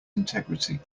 integrity